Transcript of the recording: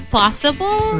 possible